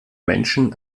menschen